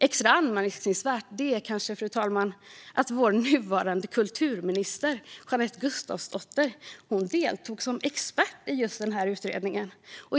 Extra anmärkningsvärt är kanske, fru talman, att vår nuvarande kulturminister Jeanette Gustafsdotter deltog som expert i just denna utredning.